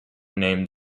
named